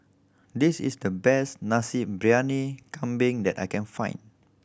this is the best Nasi Briyani Kambing that I can find